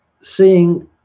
seeing